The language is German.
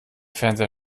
fernseher